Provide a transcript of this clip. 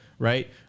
Right